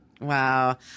Wow